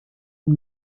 ihm